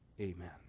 Amen